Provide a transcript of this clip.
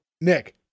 Nick